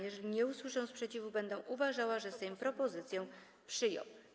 Jeżeli nie usłyszę sprzeciwu, będę uważała, że Sejm propozycję przyjął.